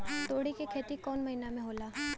तोड़ी के खेती कउन महीना में होला?